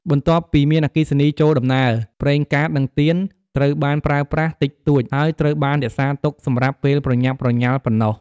បន្ទាប់ពីមានអគ្គិសនីចូលដំណើរ ប្រេងកាត និងទៀនត្រូវបានប្រើប្រាស់តិចតួច ហើយត្រូវបានរក្សាទុកសម្រាប់ពេលប្រញាប់ប្រញាល់ប៉ុណ្ណោះ។